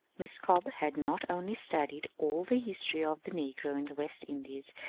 miss cobbe had not only studied all the history of the negro in the west indies,